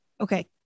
okay